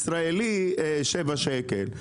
ישראלי שבעה שקלים,